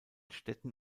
städten